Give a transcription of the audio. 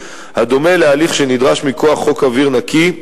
הדומה להליך שנדרש מכוח חוק אוויר נקי,